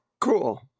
Cool